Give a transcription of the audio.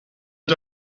not